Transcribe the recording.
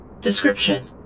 Description